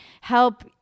help